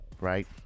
right